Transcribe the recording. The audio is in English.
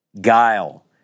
Guile